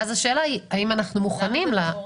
אז השאלה היא האם אנחנו מוכנים לכך.